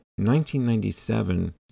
1997